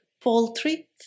poultry